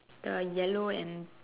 the yellow and